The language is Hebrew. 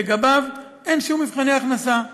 ולגביו אין שום מבחני הכנסה.